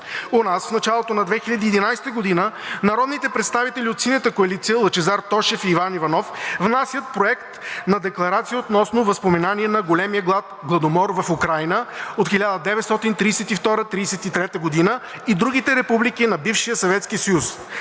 У нас в началото на 2011 г. народните представители от синята коалиция Лъчезар Тошев и Иван Иванов внасят Проект на декларация относно възпоменание на големия Гладомор в Украйна от 1932 – 1933 г. и другите републики на бившия